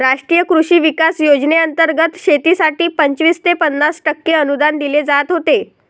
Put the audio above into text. राष्ट्रीय कृषी विकास योजनेंतर्गत शेतीसाठी पंचवीस ते पन्नास टक्के अनुदान दिले जात होते